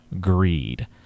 greed